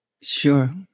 Sure